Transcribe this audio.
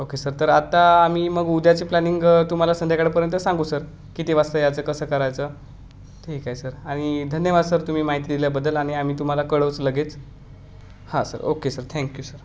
okay sir तर आत्ता आम्ही मग उद्याची प्लॅनिंग तुम्हाला संध्याकाळपर्यंत सांगू सर किती वाजता यायचं कसं करायचं ठीक आहे सर आणि धन्यवाद सर तुम्ही माहिती दिल्याबद्दल आणि आम्ही तुम्हाला कळवुच लगेच हां sir okay sir thank you sir